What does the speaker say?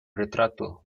retrato